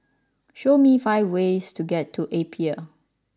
show me five ways to get to Apia